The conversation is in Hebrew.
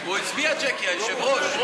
הוא הצביע, ז'קי, היושב-ראש.